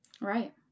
Right